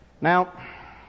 Now